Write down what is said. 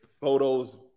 photos